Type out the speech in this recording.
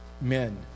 men